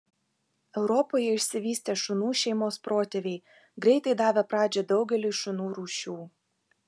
europoje išsivystė šunų šeimos protėviai greitai davę pradžią daugeliui šunų rūšių